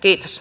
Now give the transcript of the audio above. kiitos